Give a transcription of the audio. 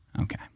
okay